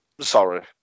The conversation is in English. sorry